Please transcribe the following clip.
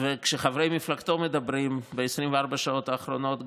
וכשחברי מפלגתו מדברים ב-24 השעות האחרונות,